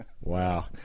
Wow